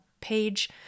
page